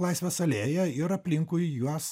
laisvės alėją ir aplinkui juos